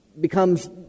becomes